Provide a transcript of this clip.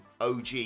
OG